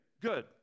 Good